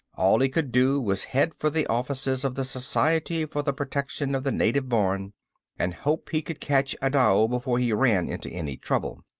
all he could do was head for the offices of the society for the protection of the native born and hope he could catch adao before he ran into any trouble.